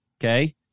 Okay